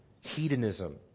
hedonism